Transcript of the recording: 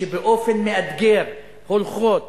באופן מאתגר, שהולכות